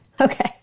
okay